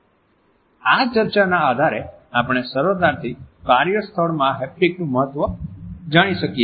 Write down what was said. આ ચર્ચાના આધારે આપણે સરળતાથી કાર્યસ્થળમાં હેપ્ટિકનુ મહ્ત્ત્વ જાણી શકીએ છીએ